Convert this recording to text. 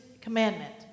commandment